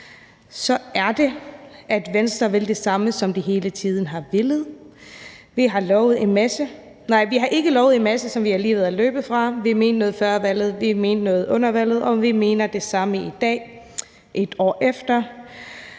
sagt: »... Venstre vil det samme, som vi hele tiden har villet. Vi har ikke lovet en masse, som vi alligevel er løbet fra. Vi mente noget før valget, vi mente det samme under valget, og vi mener det samme i dag – et år efter.«